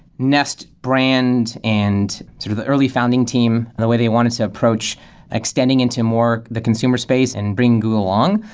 nest brand and sort of the early founding team, and the way they wanted to approach extending into more the consumer space and bring google along.